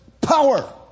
power